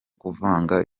kuvanga